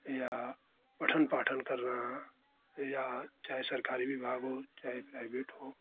या पठन पाठन करना या चाहे सरकारी विभाग हो चाहे प्राइवेट हो